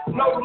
no